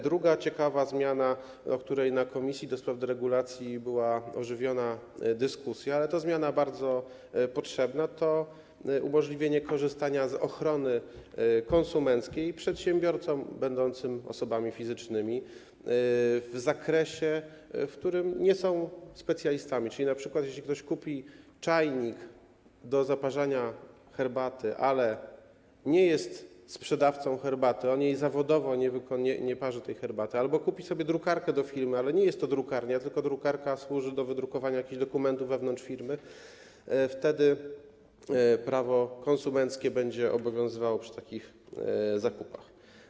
Druga ciekawa zmiana, której na posiedzeniu komisji do spraw deregulacji towarzyszyła ożywiona dyskusja, zmiana bardzo potrzebna, to umożliwienie korzystania z ochrony konsumenckiej przedsiębiorcom będącym osobami fizycznymi w zakresie, w którym nie są specjalistami, czyli np. jeśli ktoś kupi czajnik do zaparzania herbaty, ale nie jest sprzedawcą herbaty, zawodowo nie parzy tej herbaty, albo kupi sobie drukarkę do firmy, ale nie jest to drukarnia, drukarka służy do wydrukowania jakichś dokumentów wewnątrz firmy; prawo konsumenckie będzie obowiązywało przy takich zakupach.